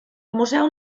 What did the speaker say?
museu